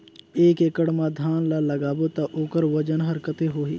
एक एकड़ मा धान ला लगाबो ता ओकर वजन हर कते होही?